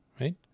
right